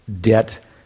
debt